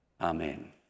Amen